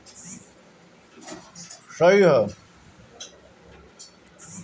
लुगदी के व्यापार से बड़ी पइसा मिलेला